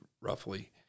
roughly